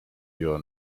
your